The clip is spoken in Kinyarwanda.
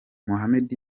muhammed